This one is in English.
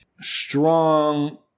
Strong